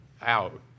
out